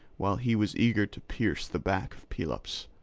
while he was eager to pierce the back of pelops.